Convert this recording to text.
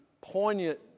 poignant